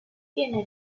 viene